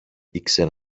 ήξερε